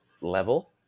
level